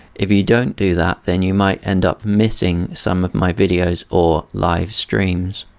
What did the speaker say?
if you don't do that then you might end up missing some of my videos or live streams.